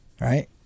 Right